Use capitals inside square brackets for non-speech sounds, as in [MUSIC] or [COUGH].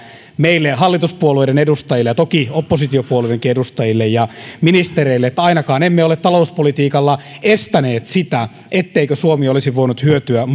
meille hallituspuolueiden edustajille ja toki oppositiopuolueidenkin edustajille ja ministereille että ainakaan emme ole talouspolitiikalla estäneet sitä etteikö suomi olisi voinut hyötyä [UNINTELLIGIBLE]